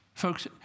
Folks